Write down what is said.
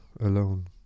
alone